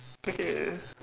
okay